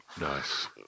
Nice